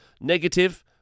Negative